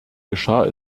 geschah